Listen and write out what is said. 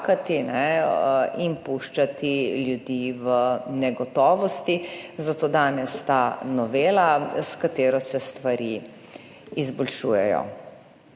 in puščati ljudi v negotovosti, zato danes ta novela, s katero se stvari izboljšujejo.